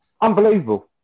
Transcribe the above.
unbelievable